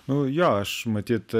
nu jo aš matyt